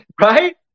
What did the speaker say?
Right